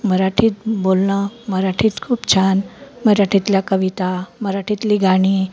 मराठीत बोलणं मराठीत खूप छान मराठीतल्या कविता मराठीतली गाणी